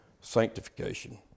sanctification